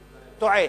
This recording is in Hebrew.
טועה.